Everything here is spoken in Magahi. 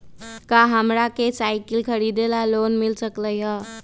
का हमरा के साईकिल खरीदे ला लोन मिल सकलई ह?